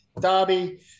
derby